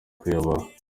kuyobora